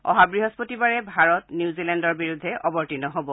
অহা বৃহস্পতিবাৰে ভাৰতে নিউজিলেণ্ডৰ বিৰুদ্ধে অৱতীৰ্ণ হব